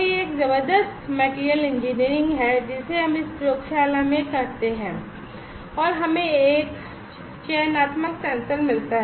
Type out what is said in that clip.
यह एक जबरदस्त materials engineering है जिसे हम इस प्रयोगशाला में करते हैं और हमें एक चयनात्मक सेंसर मिलता है